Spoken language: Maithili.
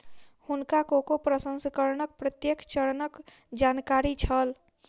हुनका कोको प्रसंस्करणक प्रत्येक चरणक जानकारी छल